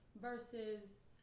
versus